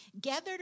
gathered